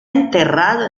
enterrado